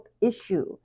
issue